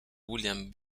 william